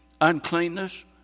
uncleanness